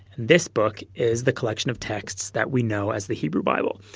this book is the collection of texts that we know as the hebrew bible.